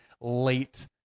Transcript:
late